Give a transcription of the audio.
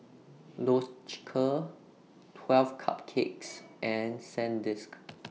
Loacker twelve Cupcakes and Sandisk